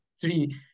three